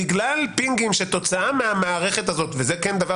בגלל פינגים שכתוצאה מהמערכת הזו וזה דבר